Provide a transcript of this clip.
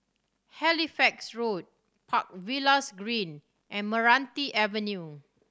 Halifax Road Park Villas Green and Meranti Avenue